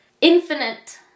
infinite